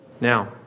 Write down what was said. Now